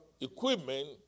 equipment